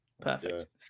perfect